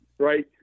Right